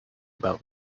about